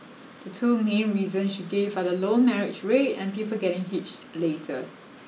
the two main reasons she gave are the low marriage rate and people getting hitched later